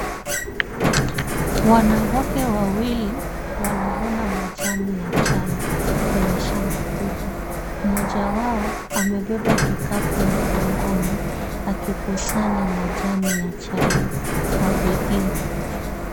Wanawake wawili wanavuna majani ya chai kwenye shamba kubwa. Mmoja wao amebeba kikapu mgongoni akikusanya majani ya chai kwa bidii.